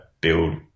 build